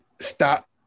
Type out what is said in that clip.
stop